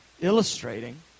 illustrating